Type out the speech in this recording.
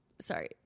Sorry